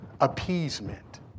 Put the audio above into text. appeasement